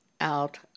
out